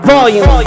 Volume